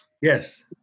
Yes